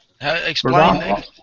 Explain